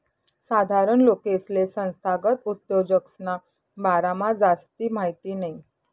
साधारण लोकेसले संस्थागत उद्योजकसना बारामा जास्ती माहिती नयी